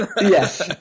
Yes